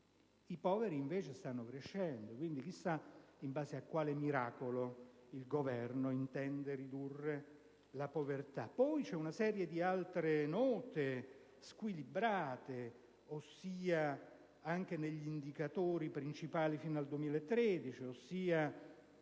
I poveri invece stanno crescendo. Quindi chi sa in base a quale miracolo il Governo intende ridurre la povertà. Poi vi sono altre note squilibrate, anche negli indicatori principali fino al 2013, ossia